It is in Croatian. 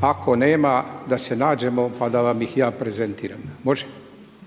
ako nema da se nađemo, pa da vam ih ja prezentiram. Može?